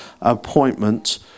appointment